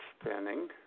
spinning